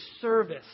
service